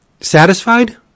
satisfied